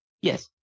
Yes